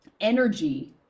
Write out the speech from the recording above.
energy